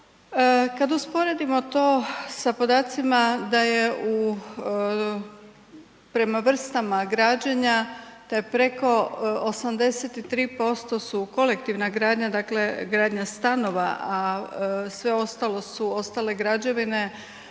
Kad usporedimo to sa podacima da je u, prema vrstama građenja to je preko 83% su kolektivna gradnja, dakle gradnja stanova a sve ostalo su ostale građevine,